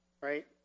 right